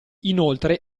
inoltre